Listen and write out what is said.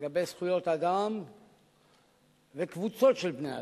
לגבי זכויות אדם וקבוצות של בני-אדם.